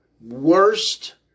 worst